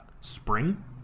Spring